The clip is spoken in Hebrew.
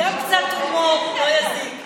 גברתי, גם קצת הומור לא יזיק.